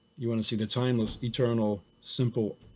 you want to see the timeless, eternal, simple,